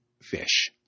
fish